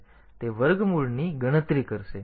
તેથી તે વર્ગમૂળની ગણતરી કરશે